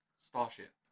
starship